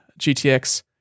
GTX